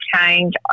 change